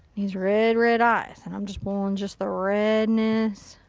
needs red red eyes. and i'm just pulling just the redness.